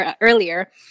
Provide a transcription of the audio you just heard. earlier